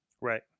right